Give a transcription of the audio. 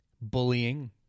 bullying